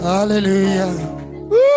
Hallelujah